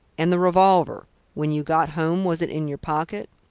and the revolver when you got home was it in your pocket?